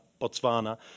Botswana